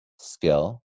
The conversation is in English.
skill